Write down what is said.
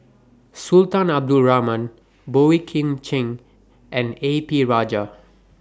Sultan Abdul Rahman Boey Kim Cheng and A P Rajah